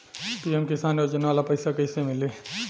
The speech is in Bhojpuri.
पी.एम किसान योजना वाला पैसा कईसे मिली?